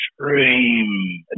extreme